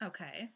Okay